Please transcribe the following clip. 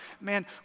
man